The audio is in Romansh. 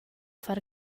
far